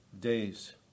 days